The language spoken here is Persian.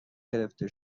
گرفته